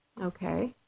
okay